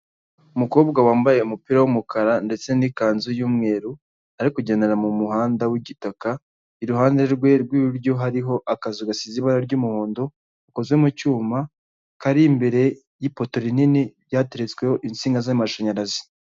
Umukobwa wambaye umupira w'umukara ndetse n'ikanzu y'umweru ari kugendera mu muhanda w'igitaka, iruhande rwe rw'iburyo hariho akazu gasize ibara ry'umuhondo gakoze mu cyuma, kari imbere y'ipoto rinini ryateretsweho insinga z'amashanyarazi.